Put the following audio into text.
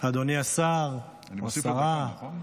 אדוני השר, השרה,